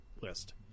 list